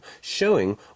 showing